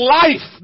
life